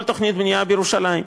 כל תוכנית בנייה בירושלים.